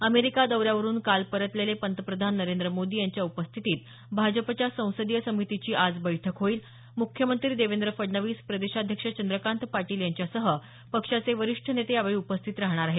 America दौऱ्यावरून काल परतलेले पंतप्रधान नरेंद्र मोदी यांच्या उपस्थितीत भाजपच्या संसदीय समितीची आज बैठक होईल मुख्यमंत्री देवेंद्र फडणवीस प्रदेशाध्यक्ष चंद्रकांत पाटील यांच्यासह पक्षाचे वरिष्ठ नेते यावेळी उपस्थित राहणार आहेत